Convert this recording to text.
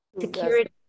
security